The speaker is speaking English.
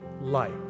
light